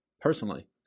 personally